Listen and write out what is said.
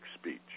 speech